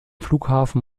flughafen